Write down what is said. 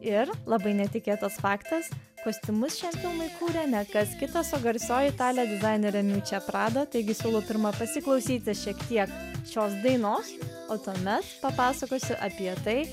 ir labai netikėtas faktas kostiumus šiam filmui kūrė ne kas kitas o garsioji italė dizainerė miučia prada taigi siūlau pirma pasiklausyti šiek tiek šios dainos o tuomet papasakosiu apie tai